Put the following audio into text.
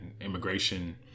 immigration